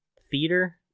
Theater